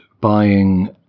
buying